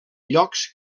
llocs